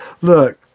Look